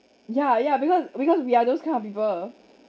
ya ya because because we are those kind of people